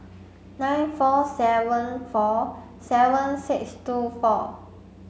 nine four seven four seven six two four